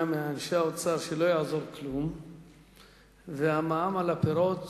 מאנשי האוצר שלא יעזור כלום והמע"מ על הפירות